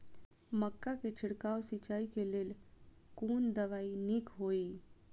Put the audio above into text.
मक्का के छिड़काव सिंचाई के लेल कोन दवाई नीक होय इय?